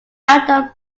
outdoor